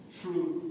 True